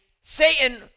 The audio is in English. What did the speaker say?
Satan